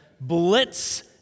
blitz